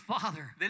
Father